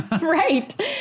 Right